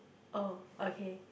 oh okay